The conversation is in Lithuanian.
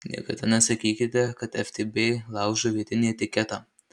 niekada nesakykite kad ftb laužo vietinį etiketą